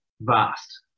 vast